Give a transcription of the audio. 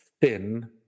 thin